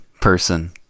person